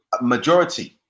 majority